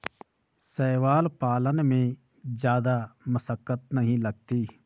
शैवाल पालन में जादा मशक्कत नहीं लगती